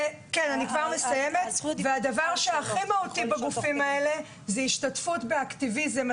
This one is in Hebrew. הדבר הכי מהותי בגופים האלה זה השתתפות באקטיביזם: